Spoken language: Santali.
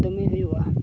ᱫᱚᱢᱮ ᱦᱩᱭᱩᱜᱼᱟ